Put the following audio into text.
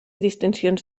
distincions